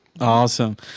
Awesome